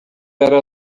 era